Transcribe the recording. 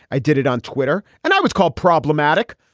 i did it on twitter and i was called problematic.